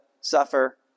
suffer